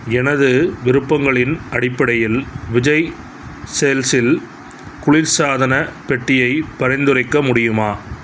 எனது விருப்பங்களின் அடிப்படையில் விஜய் சேல்ஸில் குளிர்சாதனப் பெட்டியை பரிந்துரைக்க முடியுமா